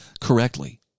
correctly